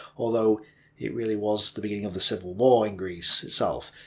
although it really was the beginning of the civil war in greece itself.